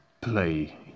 play